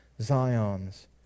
Zion's